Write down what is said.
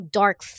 dark